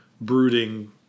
brooding